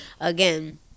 again